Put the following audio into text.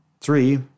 three